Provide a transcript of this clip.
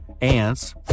Ants